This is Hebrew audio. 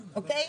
אוקיי?